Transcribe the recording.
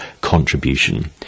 contribution